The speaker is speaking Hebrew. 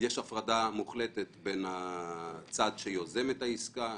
הפרדה מוחלטת בין הצד שיוזם את העסקה,